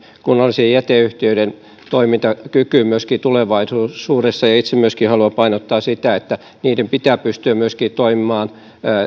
kunnallisten jäteyhtiöiden toimintakykyyn myöskin tulevaisuudessa ja itse myöskin haluan painottaa sitä että niiden pitää pystyä myöskin toimimaan